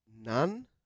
None